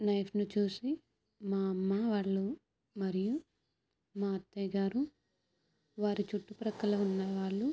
నైఫ్ను చూసి మా అమ్మ వాళ్ళు మరియు మా అత్తయ్య గారు వారి చుట్టుపక్కల ఉన్నవాళ్ళు